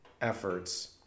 efforts